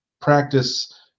practice